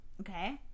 Okay